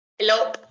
Hello